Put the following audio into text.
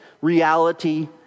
reality